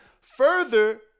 Further